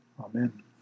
Amen